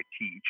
teach